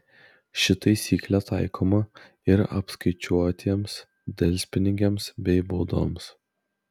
ši taisyklė taikoma ir apskaičiuotiems delspinigiams bei baudoms